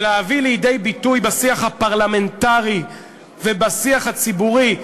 ולהביא לידי ביטוי בשיח הפרלמנטרי ובשיח הציבורי,